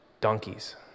donkeys